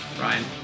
Ryan